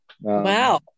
wow